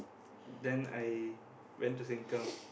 then I went to sengkang